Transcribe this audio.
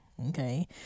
Okay